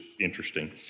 interesting